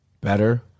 better